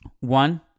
one